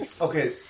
Okay